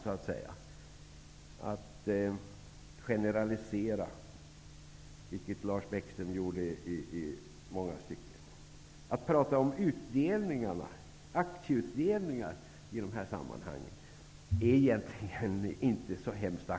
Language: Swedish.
Lars Bäckström generaliserade i många stycken. Att i detta sammanhang tala om aktieutdelningar är egentligen inte så adekvat.